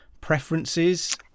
preferences